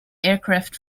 aircraft